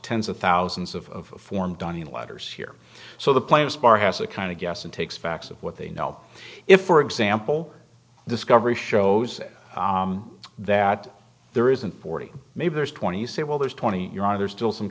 tens of thousands of form dani letters here so the plaintiff's bar has a kind of gas and takes facts of what they know if for example discovery shows that there isn't forty maybe there's twenty say well there's twenty you're either still some